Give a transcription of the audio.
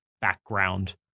background